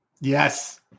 Yes